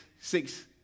six